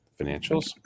financials